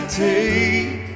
take